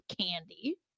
candy